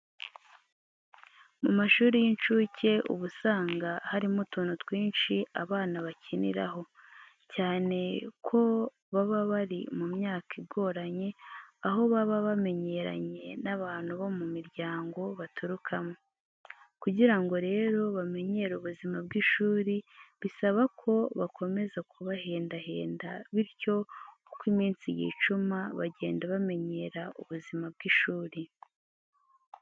Mu mashuri y'incuke uba usanga harimo utuntu twinshi abana bakiniraho, cyane ko baba bari mu myaka igoranye, aho baba bamenyeranye n'abantu bo mu miryango baturukamo. Kugira ngo rero bamenyere ubuzima bw'ishuri, bisaba ko bakomeza kubahendahenda, bityo uko iminsi yicuma bagenda bamenyera ubuzima bw'ishuri.